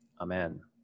Amen